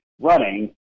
running